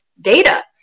data